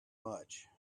much